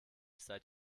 seid